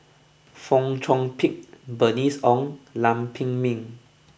Fong Chong Pik Bernice Ong and Lam Pin Min